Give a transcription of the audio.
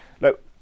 look